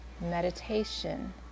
Meditation